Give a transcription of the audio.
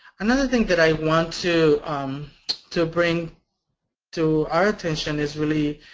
another thing that i want to um to bring to our attention is really